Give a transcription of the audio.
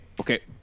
okay